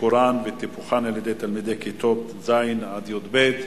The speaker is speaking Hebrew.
ביקור בהן וטיפוחן על-ידי תלמידי כיתות ז' י"ב,